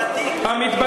צדיק.